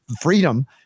freedom